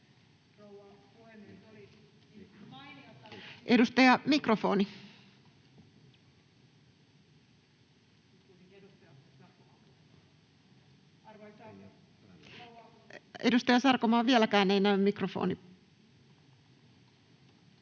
16:34 Content: Edustaja Sarkomaa, vieläkään ei näy mikrofoni.